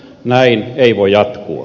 näin ei voi jatkua